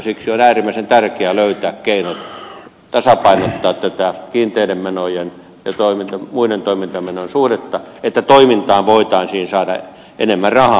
siksi on äärimmäisen tärkeä löytää keinot tasapainottaa tätä kiinteiden menojen ja muiden toimintamenojen suhdetta että toimintaan voitaisiin saada enemmän rahaa